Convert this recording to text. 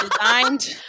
designed